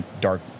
dark